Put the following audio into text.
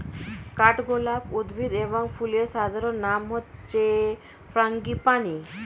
কাঠগোলাপ উদ্ভিদ এবং ফুলের সাধারণ নাম হচ্ছে ফ্রাঙ্গিপানি